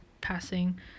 passing